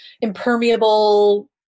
impermeable